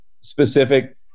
specific